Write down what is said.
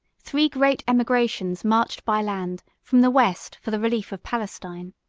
three great emigrations marched by land from the west for the relief of palestine.